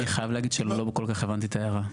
אני חייב להגיד שלא כל כך הבנתי את ההערה.